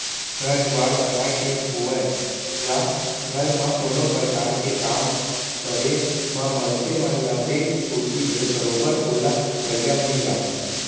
घर दुवार बनाय के होवय या घर म कोनो परकार के काम परे म मनसे मन ल बेंक कोती ले बरोबर ओला करजा मिल जाथे